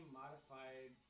modified